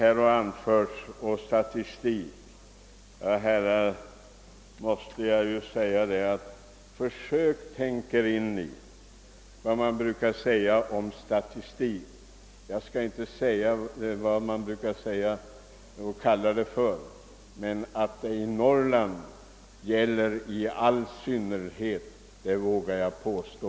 Jag ber er tänka på vad man brukar säga om statistik. Att det omdömet i all synnerhet gäller för Norrland vågar jag påstå.